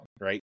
right